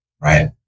Right